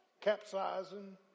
capsizing